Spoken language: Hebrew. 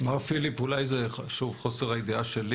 מר פיליפ, אולי זה חוסר ידיעה שלי